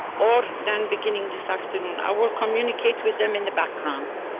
or then beginning this afternoon. i will communicate with them in the background.